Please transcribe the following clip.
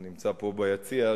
הוא נמצא פה ביציע,